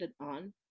on